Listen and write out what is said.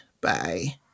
bye